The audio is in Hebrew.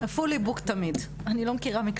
תמיד מלא.